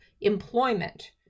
employment